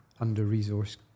under-resourced